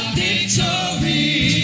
victory